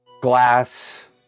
glass